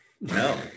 no